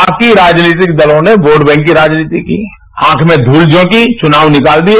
बाकी राजनीतिक दलों ने वोट बैंक की राजनीति की आंख में धूल झोंकी चुनाव निकाल दिए